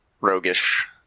roguish